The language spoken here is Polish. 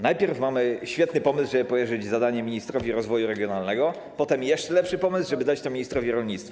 Najpierw mamy świetny pomysł, żeby powierzyć zadanie ministrowi rozwoju regionalnego, potem jeszcze lepszy pomysł, żeby przekazać to ministrowi rolnictwa.